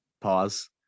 Pause